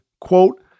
quote